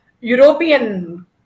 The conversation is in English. European